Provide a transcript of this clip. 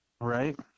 Right